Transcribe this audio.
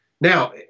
Now